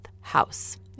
house